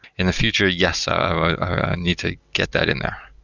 in the future, yes, i need to get that in there,